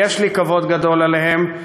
ויש לי כבוד גדול אליהם,